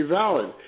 valid